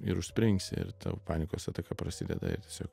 ir užspringsi ir tau panikos ataka prasideda ir tiesiog